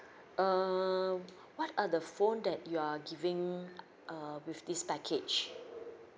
err what are the phone that you are giving err with this package